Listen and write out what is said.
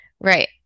Right